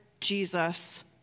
Jesus